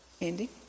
ending